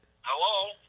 Hello